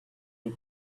big